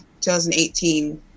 2018